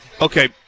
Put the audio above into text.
Okay